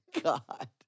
God